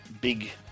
big